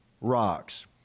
rocks